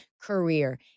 career